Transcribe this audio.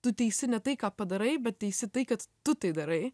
tu teisi ne tai ką padarai bet teisi tai kad tu tai darai